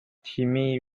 timmy